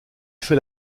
fait